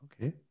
Okay